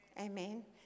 Amen